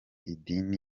idini